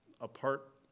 apart